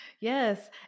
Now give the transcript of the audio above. yes